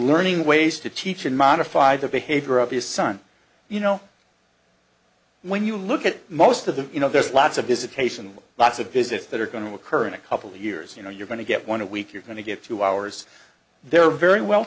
learning ways to teach and modified the behavior of his son you know when you look at most of them you know there's lots of visitation with lots of visits that are going to occur in a couple years you know you're going to get one a week you're going to get two hours they're very well